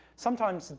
sometimes,